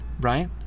right